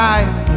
Life